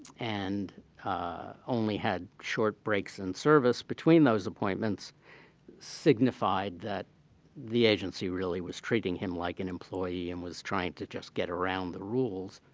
and only had short breaks in service between those appointments signified that the agency really was treating him like an employee and was trying to just get around the rules,